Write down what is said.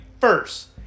first